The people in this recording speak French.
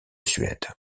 suède